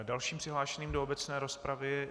Dalším přihlášeným do obecné rozpravy...